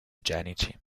igienici